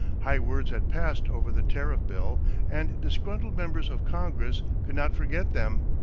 high words had passed over the tariff bill and disgruntled members of congress could not forget them.